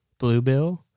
bluebill